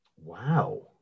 wow